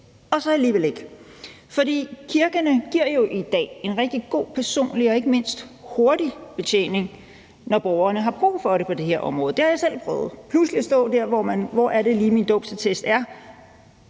og så alligevel ikke. For kirkerne yder jo i dag en rigtig god personlig og ikke mindst hurtig betjening, når borgerne har brug for det på det her område. Det har jeg selv prøvet, altså pludselig at stå der, hvor man siger: